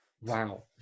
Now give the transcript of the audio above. wow